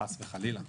חס וחלילה.